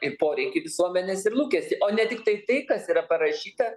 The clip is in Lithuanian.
į poreikį visuomenės ir lūkestį o ne tiktai tai kas yra parašyta